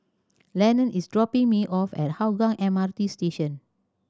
Lenon is dropping me off at Hougang M R T Station